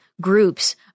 groups